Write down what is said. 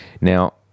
Now